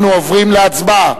אנחנו עוברים להצבעה.